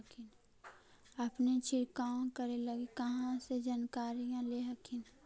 अपने छीरकाऔ करे लगी कहा से जानकारीया ले हखिन?